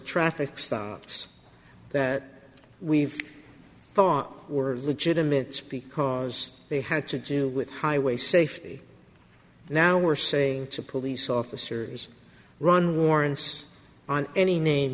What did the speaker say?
traffic stops that we've thought were legitimate speak because they had to do with highway safety now we're saying to police officers run warrants on any name